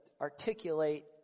articulate